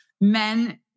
men